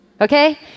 okay